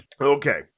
Okay